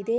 ಇದೇ